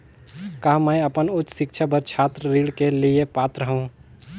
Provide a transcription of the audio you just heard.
का मैं अपन उच्च शिक्षा बर छात्र ऋण के लिए पात्र हंव?